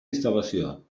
instal·lació